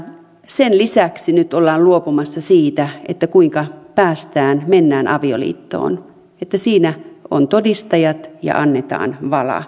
sen lisäksi nyt ollaan luopumassa siitä kuinka päästään mennään avioliittoon että siinä on todistajat ja annetaan vala